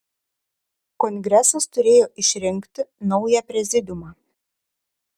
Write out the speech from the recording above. kongresas turėjo išrinkti naują prezidiumą